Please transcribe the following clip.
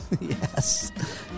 Yes